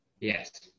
Yes